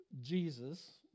Jesus